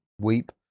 weep